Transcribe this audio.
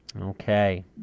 Okay